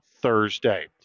Thursday